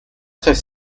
très